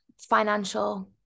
financial